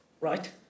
Right